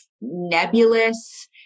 nebulous